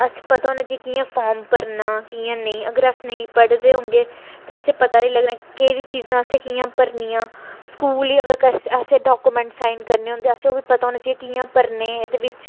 अस पता होना चाहिदा कियां फार्म भरना कि'यां नेईं अगर अस नेईं पढ़े दे होगे ते असें पता नी लग्गना केह्ड़ी चीज़ां असें कियां भरनियां स्कूल अगर असें डाकोमेंट साइन करने होंदे असें ओह् बी पता होना चाहिदा कि'यां भरने एह्दे बिच्च